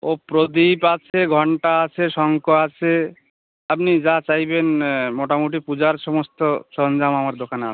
ও প্রদীপ আছে ঘন্টা আছে শঙ্খ আছে আপনি যা চাইবেন মোটামুটি পূজার সমস্ত সরঞ্জাম আমার দোকানে আছে